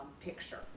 Picture